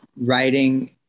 writing